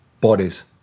bodies